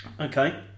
Okay